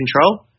control